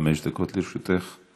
חמש דקות לרשותך.